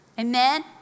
Amen